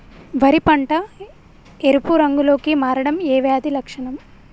వరి పంట ఎరుపు రంగు లో కి మారడం ఏ వ్యాధి లక్షణం?